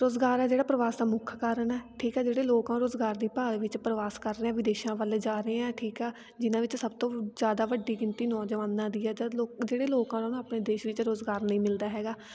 ਰੁਜ਼ਗਾਰ ਆ ਜਿਹੜਾ ਪ੍ਰਵਾਸ ਦਾ ਮੁੱਖ ਕਾਰਨ ਹੈ ਠੀਕ ਹੈ ਜਿਹੜੇ ਲੋਕ ਆ ਰੁਜ਼ਗਾਰ ਦੀ ਭਾਲ ਵਿੱਚ ਪ੍ਰਵਾਸ ਕਰ ਰਹੇ ਆ ਵਿਦੇਸ਼ਾਂ ਵੱਲ ਜਾ ਰਹੇ ਹੈ ਠੀਕ ਆ ਜਿਨ੍ਹਾਂ ਵਿੱਚ ਸਭ ਤੋਂ ਜ਼ਿਆਦਾ ਵੱਡੀ ਗਿਣਤੀ ਨੌਜਵਾਨਾਂ ਦੀ ਹੈ ਜਦ ਲੋੋ ਜਿਹੜੇ ਲੋਕਾਂ ਨੂੰ ਨਾ ਆਪਣੇ ਦੇਸ਼ ਵਿੱਚ ਰੁਜ਼ਗਾਰ ਨਹੀਂ ਮਿਲਦਾ ਹੈਗਾ